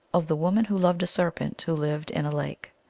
of the woman who loved a serpent who lived in a lake.